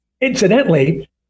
incidentally